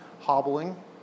hobbling